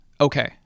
Okay